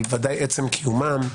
אבל עצם קיומם,